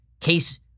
case